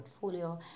Portfolio